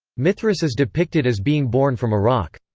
mithras is depicted as being born from a rock.